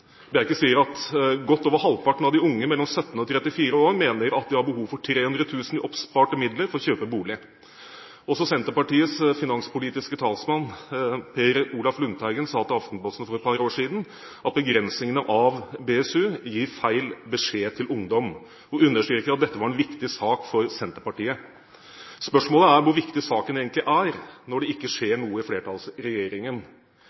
at godt over halvparten av de unge mellom 17 og 34 år mente at de hadde behov for 300 000 kr i oppsparte midler for å kjøpe bolig. Også Senterpartiets finanspolitiske talsmann, Per Olaf Lundteigen, sa til Aftenposten for et par år siden at begrensningen av BSU-ordningen gir feil beskjed til ungdom, og understreket at dette var en viktig sak for Senterpartiet. Spørsmålet er hvor viktig saken egentlig er, når det ikke